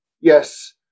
Yes